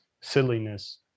silliness